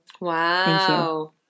Wow